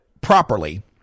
properly